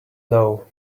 know